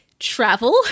travel